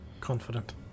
Confident